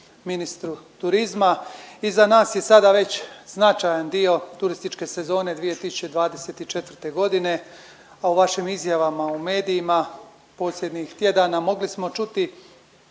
ministru turizma, iza nas je sada već značajan dio turističke sezone 2024.g., a u vašim izjavama u medijima posljednjih tjedana mogli smo čuti